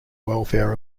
welfare